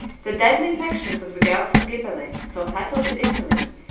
the deadly factions of the guelphs and ghibelines, so fatal to italy,